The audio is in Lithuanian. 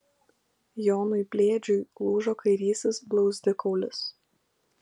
jonui blėdžiui lūžo kairysis blauzdikaulis